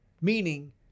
Meaning